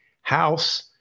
House